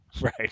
Right